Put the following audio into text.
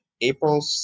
April